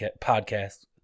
podcast